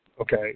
Okay